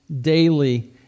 daily